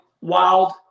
wild